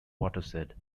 watershed